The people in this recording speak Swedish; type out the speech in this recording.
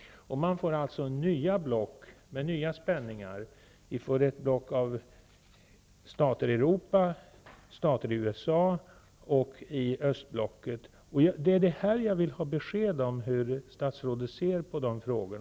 Nya block med nya spänningar uppstår. Det blir ett block med stater i Europa, ett block med stater i Jag vill ha besked om hur statsrådet ser på dessa frågor.